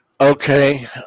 Okay